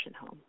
Home